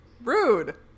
Rude